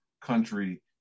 country